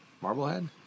Marblehead